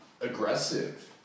aggressive